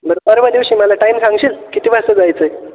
बरं परवा दिवशी मला टाईम सांगशील किती वाजता जायचं आहे